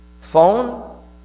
phone